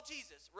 Jesus